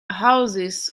houses